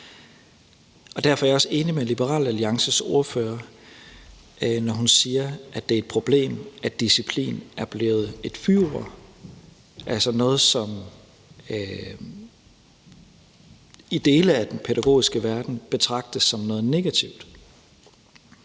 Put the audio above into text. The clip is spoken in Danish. på. Derfor er jeg også enig med Liberal Alliances ordfører, når hun siger, at det er et problem, at disciplin er blevet et fyord – altså noget, som i dele af den pædagogiske verden betragtes som noget negativt.